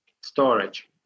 storage